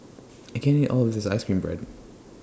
I can't eat All of This Ice Cream Bread